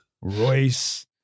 Royce